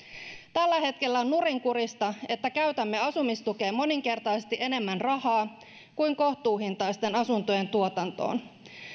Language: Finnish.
tällä hetkellä on nurinkurista että käytämme asumistukeen moninkertaisesti enemmän rahaa kuin kohtuuhintaisten asuntojen tuotantoon